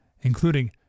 including